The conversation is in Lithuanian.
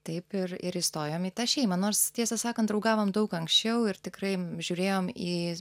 taip ir ir įstojom į tą šeimą nors tiesą sakant draugavom daug anksčiau ir tikrai žiūrėjom į